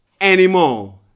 anymore